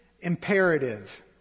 imperative